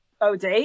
OD